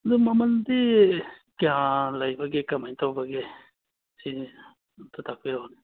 ꯑꯗꯨ ꯃꯃꯜꯗꯤ ꯀꯌꯥ ꯂꯩꯕꯒꯦ ꯀꯃꯥꯏ ꯇꯧꯕꯒꯦ ꯁꯤꯅꯤꯗ ꯑꯝꯇ ꯇꯥꯛꯄꯤꯔꯛꯎꯅꯦ